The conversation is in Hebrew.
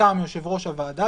מטעם יושב-ראש הוועדה,